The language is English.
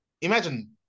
Imagine